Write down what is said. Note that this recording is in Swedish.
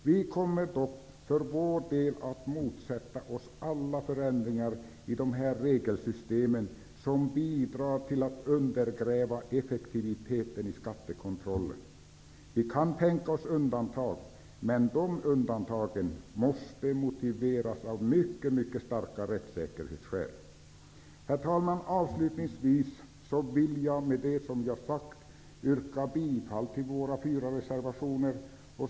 Vi kommer dock för vår del att motsätta oss alla sådana förändringar i de här regelsystemen som bidrar till att undergräva effektiviteten i skattekontrollen. Vi kan tänka oss undantag, men de undantagen måste motiveras av mycket, mycket starka rättssäkerhetsskäl. Herr talman! Avslutningsvis vill jag med det som jag har sagt yrka bifall till våra fyra reservationer.